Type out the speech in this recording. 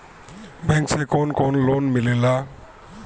Bank से कौन कौन लोन मिलेला?